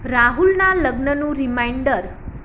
રાહુલના લગ્નનું રિમાઈન્ડર